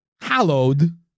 hallowed